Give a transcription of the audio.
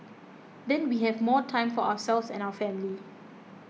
then we have more time for ourselves and our family